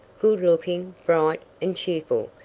good-looking, bright, and cheerful,